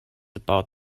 about